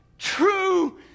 true